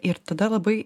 ir tada labai